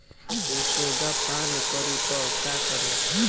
पशु सोडा पान करी त का करी?